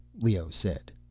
leoh said.